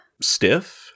stiff